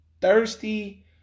thirsty